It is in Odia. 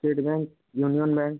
ସେଇଥିପାଇଁ